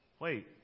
Wait